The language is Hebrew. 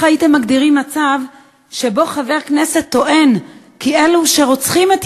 איך הייתם מגדירים מצב שבו חבר כנסת טוען כי אלו שרוצחים את